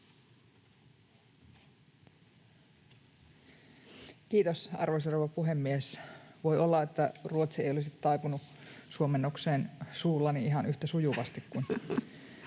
Kiitos, arvoisa rouva puhemies! Voi olla, että ruotsi ei olisi taipunut suullani suomennokseen ihan yhtä sujuvasti kuin